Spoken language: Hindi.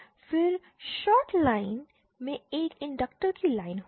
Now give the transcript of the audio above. फिर शॉर्ट लाइन में एक इंडक्टर की लाइन होगी